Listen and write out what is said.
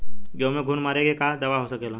गेहूँ में घुन मारे के का दवा हो सकेला?